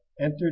entered